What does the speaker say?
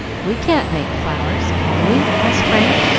we can't make flowers, can we? asked frank,